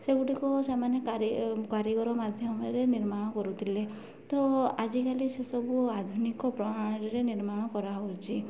ସେଗୁଡ଼ିକ ସେମାନେ କାରିଗର ମାଧ୍ୟମରେ ନିର୍ମାଣ କରୁଥିଲେ ତ ଆଜିକାଲି ସେସବୁ ଆଧୁନିକ ପ୍ରଣାଳୀରେ ନିର୍ମାଣ କରାହେଉଛି